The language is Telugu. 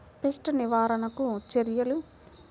పెస్ట్ నివారణకు చర్యలు?